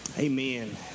Amen